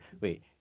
wait